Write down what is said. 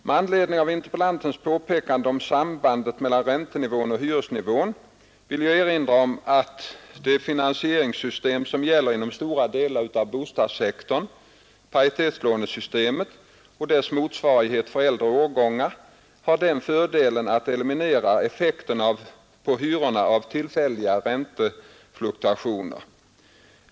Med anledning av interpellantens påpekande om sambandet mellan räntenivå och hyresnivå vill jag erinra om att det finansieringssystem som gäller inom stora delar av bostadssektorn, paritetslånesystemet och dess motsvarighet för äldre årgångar, har den fördelen att det eliminerar effekten på hyrorna av tillfälliga räntefluktuationer.